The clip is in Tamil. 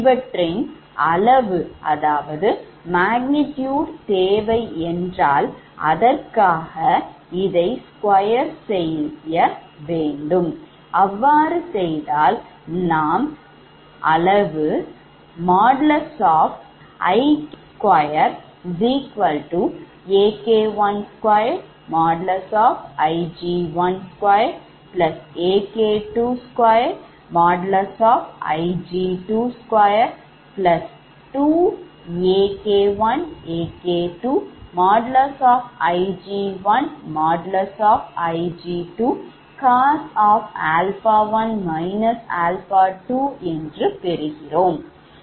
இவற்றின் magnitude தேவை என்றால் அதற்காக இதை square செய்ய வேண்டும் அவ்வாறு செய்தால் நாம் அளவு ஆக|IK|2AK12Ig12AK22Ig222AK1AK2Ig1Ig2cos α1 α2 என்று பெறுகிறோம்